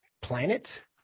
planet